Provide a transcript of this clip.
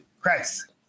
Christ